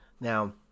Now